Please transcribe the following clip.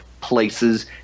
places